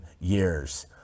years